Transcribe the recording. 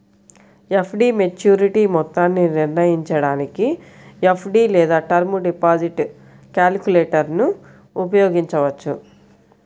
FD maturity మొత్తాన్ని నిర్ణయించడానికి FD లేదా టర్మ్ డిపాజిట్ క్యాలిక్యులేటర్ను ఉపయోగించవచ్చు